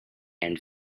and